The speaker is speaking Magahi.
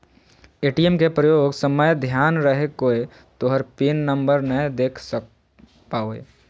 ए.टी.एम के प्रयोग समय ध्यान रहे कोय तोहर पिन नंबर नै देख पावे